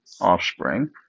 offspring